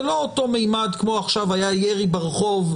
זה לא אותו ממד כמו שעכשיו היה ירי ברחוב,